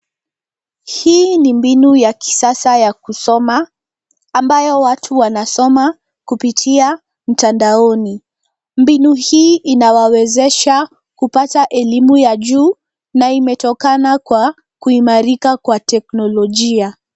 Hii ni mbinu ya kisasa ya kusoma, ambayo watu wanasoma kupitia mtandaoni. Mbinu hii inawawezesha kupata elimu ya juu, na imetokana na kuimarika kwa teknolojia.